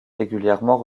régulièrement